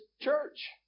church